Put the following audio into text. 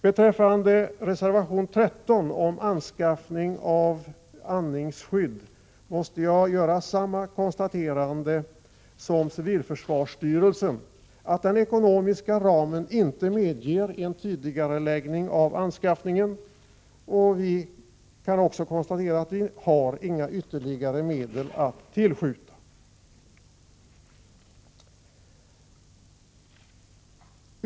Beträffande reservation 13 om anskaffning av andningsskydd måste jag göra samma konstaterande som civilförsvarsstyrelsen, nämligen att den ekonomiska ramen inte medger en tidigareläggning av anskaffningen. Vi kan också konstatera att vi inte har ytterligare medel att tillskjuta.